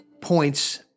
points